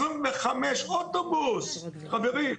אוטובוס חברים.